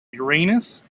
uranus